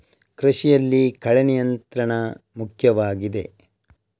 ಕೃಷಿಯಲ್ಲಿ ಕಳೆ ನಿಯಂತ್ರಣ ಮುಖ್ಯವಾಗಿದೆ